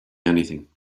anything